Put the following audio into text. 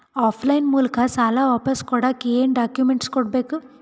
Of line ಮೂಲಕ ಸಾಲ ವಾಪಸ್ ಕೊಡಕ್ ಏನು ಡಾಕ್ಯೂಮೆಂಟ್ಸ್ ಕೊಡಬೇಕು?